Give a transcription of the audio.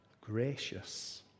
gracious